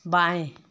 बाएँ